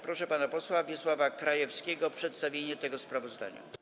Proszę pana posła Wiesława Krajewskiego o przedstawienie tego sprawozdania.